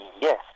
Yes